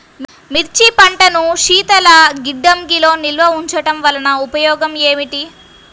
మిర్చి పంటను శీతల గిడ్డంగిలో నిల్వ ఉంచటం వలన ఉపయోగం ఏమిటి?